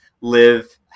live